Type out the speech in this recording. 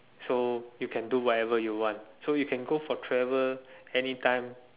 so you can do whatever you want so you can go for travel anytime